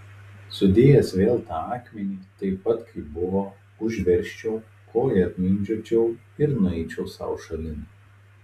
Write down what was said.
sudėjęs vėl tą akmenį taip pat kaip buvo užversčiau koja apmindžiočiau ir nueičiau sau šalin